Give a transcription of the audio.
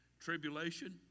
tribulation